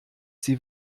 sie